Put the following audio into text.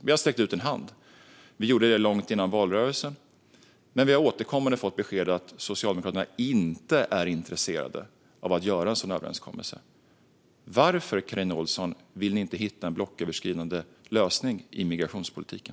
Vi har sträckt ut en hand och gjorde det långt före valrörelsen, men vi har återkommande fått beskedet att Socialdemokraterna inte är intresserade av att göra en sådan överenskommelse. Varför, Carina Ohlsson, vill ni inte hitta en blocköverskridande lösning i migrationspolitiken?